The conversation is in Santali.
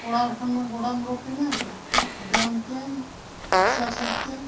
ᱠᱚᱲᱟ ᱦᱚᱲ ᱠᱷᱟᱱᱢᱟ ᱜᱚᱰᱟᱢ ᱚᱰᱳᱠᱮᱱᱟᱢ ᱵᱮᱭᱟᱢ ᱠᱮᱜ ᱟᱢ ᱮᱠᱥᱟᱨᱥᱟᱭᱤᱡᱽ ᱠᱮᱜ ᱟᱢ